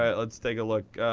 ah let's take a look.